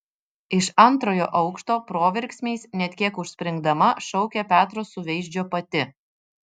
iš antrojo aukšto proverksmiais net kiek užspringdama šaukė petro suveizdžio pati